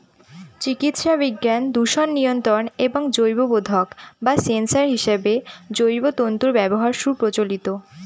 চিকিৎসাবিজ্ঞান, দূষণ নিয়ন্ত্রণ এবং জৈববোধক বা সেন্সর হিসেবে জৈব তন্তুর ব্যবহার সুপ্রচলিত